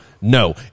no